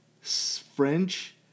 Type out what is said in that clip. French